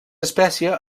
espècie